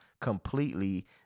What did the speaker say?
completely